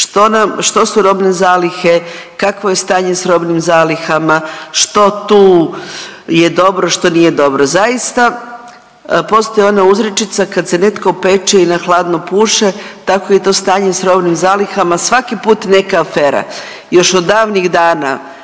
što su robne zalihe, kakvo je stanje s robnim zalihama, što tu je dobro, što nije dobro. Zaista postoji ona uzrečica kad se netko opeče i na hladno puše tako je i to stanje sa robnim zalihama, svaki put neka afera. Još od davnih dana